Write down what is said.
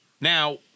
Now